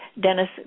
Dennis